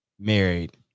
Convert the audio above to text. married